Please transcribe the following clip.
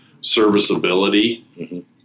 serviceability